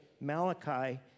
Malachi